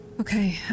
Okay